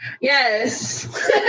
Yes